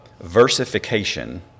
versification